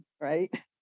right